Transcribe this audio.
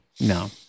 No